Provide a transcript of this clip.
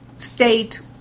state